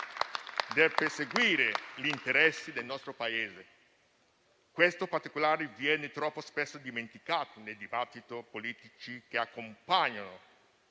perseguire gli interessi del nostro Paese, ma questo particolare viene troppo spesso dimenticato nei dibattiti politici che accompagnano